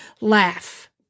laugh